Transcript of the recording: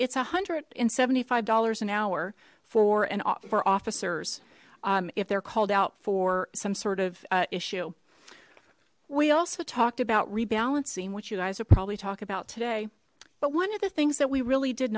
it's a hundred and seventy five dollars an hour for an offer officers if they're called out for some sort of issue we also talked about rebalancing which you guys will probably talk about today but one of the things that we really did